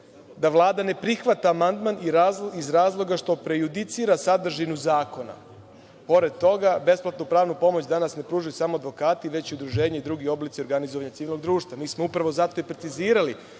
da Vlada ne prihvata amandman iz razloga što prejudicira sadržinu zakona. Pored toga, besplatnu pravnu pomoć danas ne pružaju samo advokati, već udruženja i drugi oblici organizovanja civilnog društva. Mi smo upravo zato i precizirali